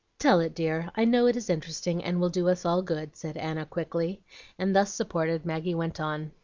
tell it, dear. i know it is interesting, and will do us all good, said anna, quickly and, thus supported, maggie went on.